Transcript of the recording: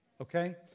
Okay